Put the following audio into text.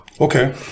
Okay